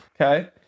okay